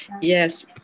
yes